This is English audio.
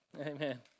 Amen